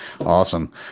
Awesome